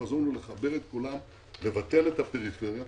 החזון הוא לחבר את כולם, לבטל את הפריפריה,